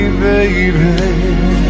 baby